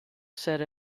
set